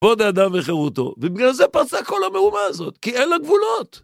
כבוד האדם וחירותו. ובגלל זה פרצה כל המהומה הזאת, כי אין לה גבולות.